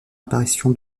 apparition